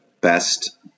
best